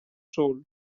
sol